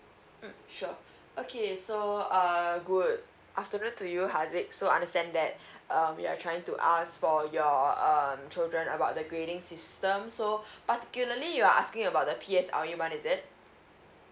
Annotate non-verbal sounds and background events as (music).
mm sure okay so err good afternoon to you harzik so understand that (breath) um you are trying to ask for your um children about the grading system so (breath) particularly you are asking about the P_S_L_E [one] is it